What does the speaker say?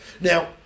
Now